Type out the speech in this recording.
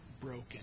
broken